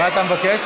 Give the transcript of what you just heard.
מה זה?